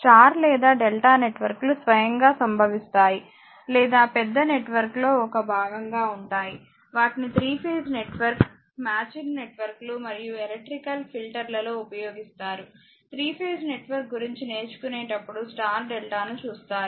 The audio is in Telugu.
స్టార్ లేదా డెల్టా నెట్వర్క్లు స్వయంగా సంభవిస్తాయి లేదా పెద్ద నెట్వర్క్లో ఒక భాగం గా ఉంటాయి వాటిని 3ఫేజ్ నెట్వర్క్ మ్యాచింగ్ నెట్వర్క్లు మరియు ఎలక్ట్రికల్ ఫిల్టర్ల లో ఉపయోగిస్తారు 3ఫేజ్ నెట్వర్క్ గురించి నేర్చుకునేటప్పుడు స్టార్ డెల్టా ను చూస్తారు